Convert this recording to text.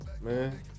man